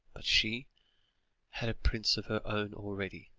but she had a prince of her own already.